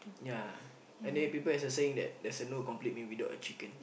yeah anyway people as saying that there's a no complete meal without chicken